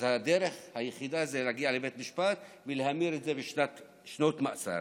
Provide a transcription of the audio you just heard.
אז הדרך היחידה היא להגיע לבית משפט ולהמיר את זה בשנות מאסר.